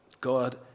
God